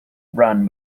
run